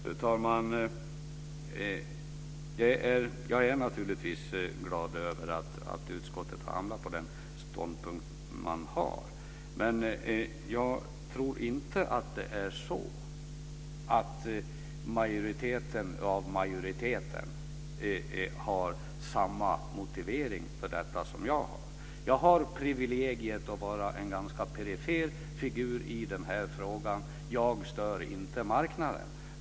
Fru talman! Jag är naturligtvis glad över att utskottet har hamnat på den ståndpunkten. Men jag tror inte att det är så att majoriteten av majoriteten har samma motivering för detta som jag har. Jag har privilegiet att vara en ganska perifer figur i den här frågan. Jag stör inte marknaden.